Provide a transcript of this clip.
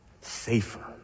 safer